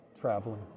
traveling